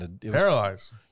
paralyzed